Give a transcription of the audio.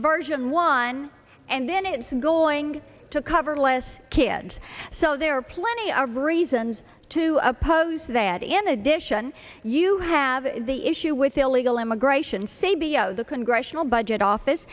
version one and then it's going to cover less kids so there are plenty of reasons to oppose that in addition you have the issue with illegal immigration say below the congressional budget office